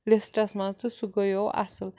لِسٹَس منٛز تہٕ سُہ گٔیو اَصٕل